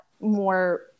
more